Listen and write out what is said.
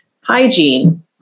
hygiene